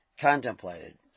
contemplated